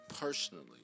personally